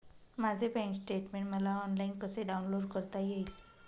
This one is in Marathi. माझे बँक स्टेटमेन्ट मला ऑनलाईन कसे डाउनलोड करता येईल?